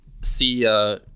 see